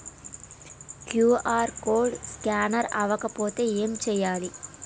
QR code scanner అవ్వకపోతే ఏం చేయాలి?